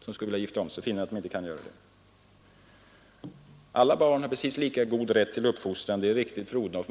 som skulle vilja gifta om sig och finner att de inte kan göra det av ekonomiska skäl. Alla barn har precis lika stor rätt till uppfostran, det är riktigt, fru Odhnoff.